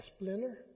splinter